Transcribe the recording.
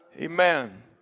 Amen